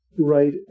Right